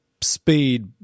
speed